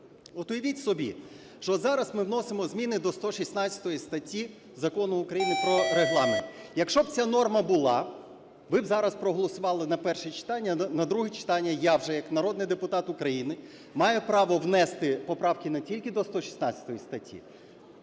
От уявіть собі, що зараз ми вносимо зміни до 116 статті Закону України "Про Регламент". Якщо б ця норма була, ви б зараз проголосували на перше читання, на друге читання я вже, як народний депутат України маю право внести поправки не тільки до 116 статті,